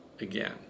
again